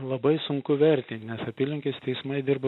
labai sunku vertint nes apylinkės teismai dirba